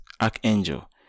archangel